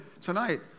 tonight